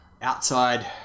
Outside